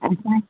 असां